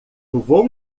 vou